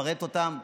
לפרט אותם.